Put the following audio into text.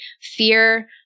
fear